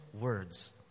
words